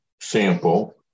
sample